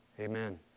Amen